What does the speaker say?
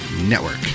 Network